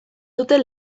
dute